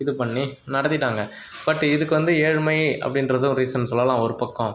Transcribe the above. இது பண்ணி நடத்திட்டாங்க பட் இதுக்கு வந்து ஏழ்மை அப்படின்றதும் ரீசன் சொல்லலாம் ஒரு பக்கம்